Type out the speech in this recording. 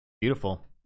Beautiful